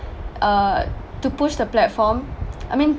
uh to push the platform I mean